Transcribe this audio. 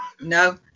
No